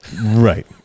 Right